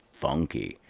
funky